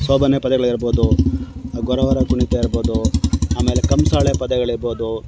ಸೋಬಾನೆ ಪದಗಳಿರ್ಬೋದು ಗೊರವರ ಕುಣಿತ ಇರ್ಬೋದು ಆಮೇಲೆ ಕಂಸಾಳೆ ಪದಗಳಿರ್ಬೋದು